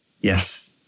Yes